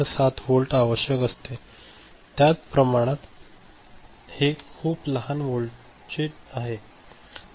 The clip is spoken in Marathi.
7 वोल्ट आवश्यक असते त्याप्रमाणात हे खूप लहान व्होल्टेज आहे